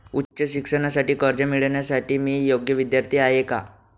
उच्च शिक्षणासाठी कर्ज मिळविण्यासाठी मी योग्य विद्यार्थी आहे का?